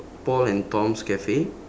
paul and tom's cafe